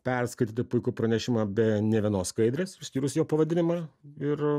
perskaityti puikų pranešimą be nė vienos skaidrės išskyrus jo pavadinimą ir